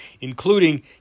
including